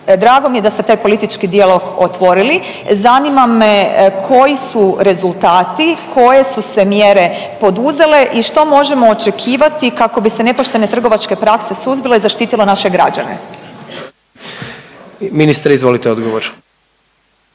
Drago mi je da ste taj politički dijalog otvorili. Zanima me koji su rezultati, koje su se mjere poduzele i što možemo očekivati kako bi se nepoštene trgovačke prakse suzbile i zaštitilo naše građana. **Jandroković, Gordan